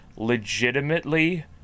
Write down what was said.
legitimately